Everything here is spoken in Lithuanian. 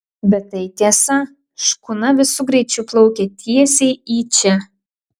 bet tai tiesa škuna visu greičiu plaukia tiesiai į čia